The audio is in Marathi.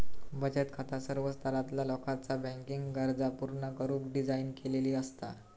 बचत खाता सर्व स्तरातला लोकाचा बँकिंग गरजा पूर्ण करुक डिझाइन केलेली असता